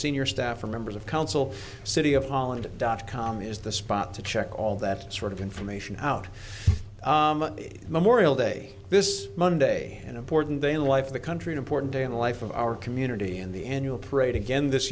senior staff or members of council city of holland dot com is the spot to check all that sort of information out memorial day this monday an important day in life of the country an important day in the life of our community and the annual parade again this